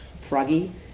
froggy